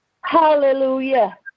Hallelujah